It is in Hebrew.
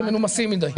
הייתם מנומסים מדי.